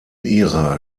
ihrer